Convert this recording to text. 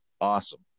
awesome